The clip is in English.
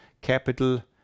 capital